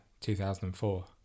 2004